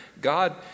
God